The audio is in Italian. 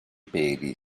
peli